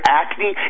acne